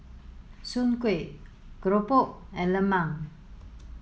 Soon Kuih Keropok and Lemang